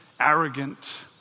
arrogant